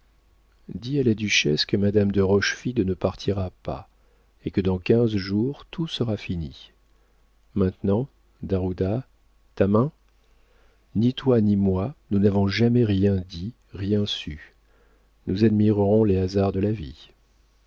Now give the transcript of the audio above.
dis à la duchesse que madame de rochefide ne partira pas et que dans quinze jours tout sera fini maintenant d'ajuda ta main ni toi ni moi nous n'avons jamais rien dit rien su nous admirerons les hasards de la vie